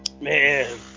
Man